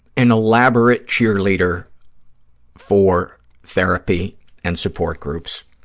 an elaborate cheerleader for therapy and support groups.